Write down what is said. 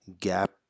gap